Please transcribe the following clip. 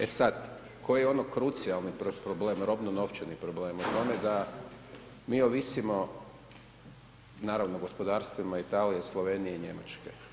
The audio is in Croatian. E sad, koji je ono krucijalni problem, robno-novčani problem u tome da mi ovisimo naravno o gospodarstvima Italije, Slovenije i Njemačke.